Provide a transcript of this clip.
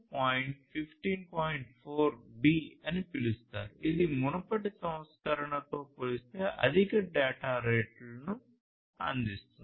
4 B అని పిలుస్తారు ఇది మునుపటి సంస్కరణతో పోలిస్తే అధిక డేటా రేట్లను అందిస్తుంది